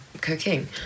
cooking